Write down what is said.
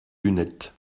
lunettes